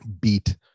beat